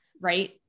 right